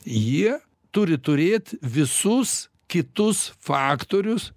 jie turi turėt visus kitus faktorius